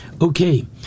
Okay